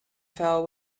fell